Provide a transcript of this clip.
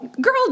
girl